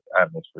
atmosphere